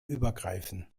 übergreifen